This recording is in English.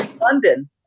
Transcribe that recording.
London